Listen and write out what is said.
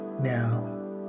now